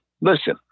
Listen